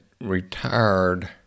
retired